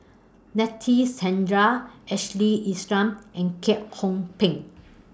Nadasen Chandra Ashley Isham and Kwek Hong Png